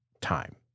time